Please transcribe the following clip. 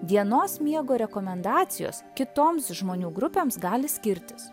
dienos miego rekomendacijos kitoms žmonių grupėms gali skirtis